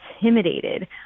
intimidated